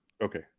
Okay